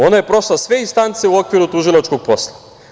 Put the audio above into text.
Ona je prošla sve instance u okviru tužilačkog posla.